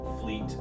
Fleet